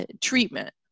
Treatment